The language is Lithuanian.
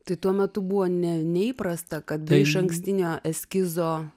tai tuo metu buvo ne neįprasta kad be išankstinio eskizo